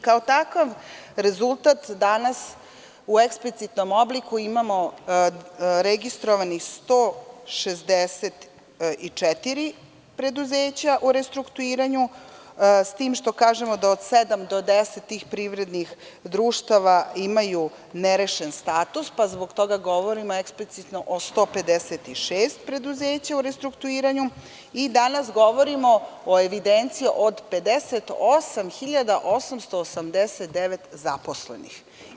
Kao takav rezultat danas u eksplicitnom obliku imamo registrovanih 164 preduzeća u restrukturiranju, s tim što kažemo da od sedam do deset tih privrednih društava imaju nerešen status, pa zbog toga govorimo eksplicitno o 156 preduzeća u restrukturiranju i danas govorimo o evidenciji od 58.889 zaposlenih.